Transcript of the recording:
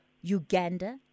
Uganda